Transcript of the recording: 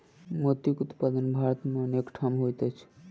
मोतीक उत्पादन भारत मे अनेक ठाम होइत अछि